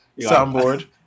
Soundboard